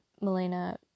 Melina